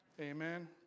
Amen